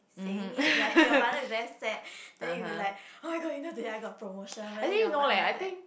saying it like your mother is very sad then you like oh-my-god you know today I got promotion but then your mother like